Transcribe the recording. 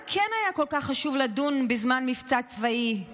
אם החליטו להמשיך ולנהל את הכנסת בזמן מבצע צבאי,